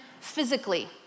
physically